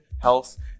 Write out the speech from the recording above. health